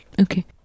okay